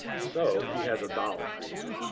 so he has a doll created.